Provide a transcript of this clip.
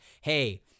hey